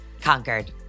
conquered